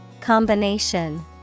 combination